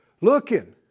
Looking